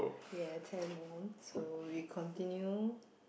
ye ten more so we continue